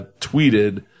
tweeted